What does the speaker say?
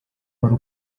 uhora